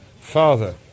father